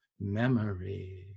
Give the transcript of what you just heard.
memory